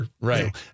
Right